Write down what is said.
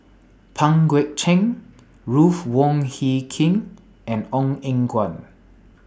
Pang Guek Cheng Ruth Wong Hie King and Ong Eng Guan